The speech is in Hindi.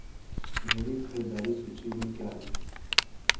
मेरी खरीदारी सूची में क्या है